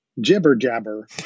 jibber-jabber